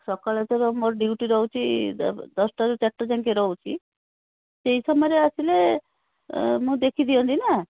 ସକାଳେ ମୋର ଡ୍ୟୁଟି ରହୁଛି ଦଶଟାରୁ ଚାରିଟା ଯାଁକେ ରହୁଛି ସେଇ ସମୟରେ ଆସିଲେ ମୁଁ ଦେଖି ଦିଅନ୍ତିନା